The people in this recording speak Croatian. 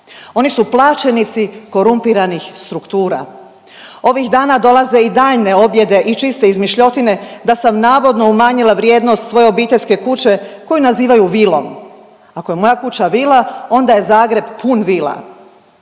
oni su plaćenici korumpiranih struktura. Ovih dana dolaze i daljnje objede i čiste izmišljotine da sam navodno umanjila vrijednost svoje obiteljske kuće koju nazivaju vilom. Ako je moja kuća vila onda je Zagreb pun vila.